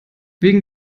wegen